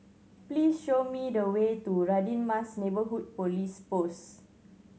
please show me the way to Radin Mas Neighbourhood Police Post